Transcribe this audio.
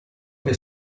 che